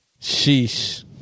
Sheesh